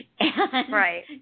Right